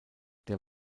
der